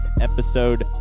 episode